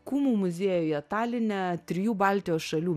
kumu muziejuje taline trijų baltijos šalių